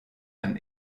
ein